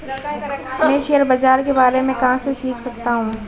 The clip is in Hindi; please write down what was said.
मैं शेयर बाज़ार के बारे में कहाँ से सीख सकता हूँ?